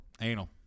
Anal